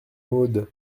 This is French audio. maud